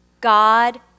God